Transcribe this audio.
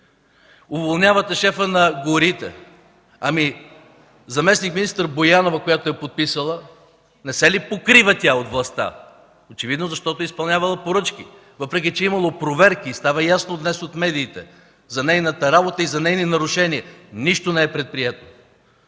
Уволнявате шефа на горите. Ами заместник-министър Боянова, която е подписала, не се ли покрива тя от властта?! Очевидно, защото е изпълнявала поръчки, въпреки че е имало проверки – става ясно днес от медиите, за нейната работа и за нейни нарушения. Нищо не е предприето!